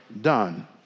done